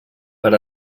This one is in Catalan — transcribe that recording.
per